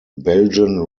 belgian